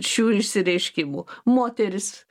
šių išsireiškimų moteris